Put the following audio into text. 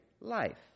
life